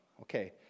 okay